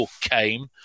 came